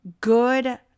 good